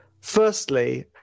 firstly